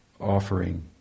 offering